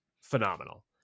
phenomenal